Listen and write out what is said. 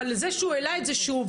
אבל זה שהוא העלה את זה שהוא,